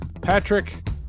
Patrick